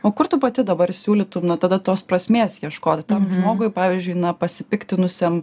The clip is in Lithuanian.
o kur tu pati dabar siūlytum nu tada tos prasmės ieškot tam žmogui pavyzdžiui na pasipiktinusiam